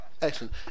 excellent